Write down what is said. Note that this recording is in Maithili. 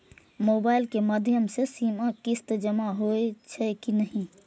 मोबाइल के माध्यम से सीमा किस्त जमा होई छै कि नहिं?